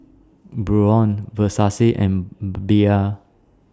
Braun Versace and Bia